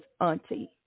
auntie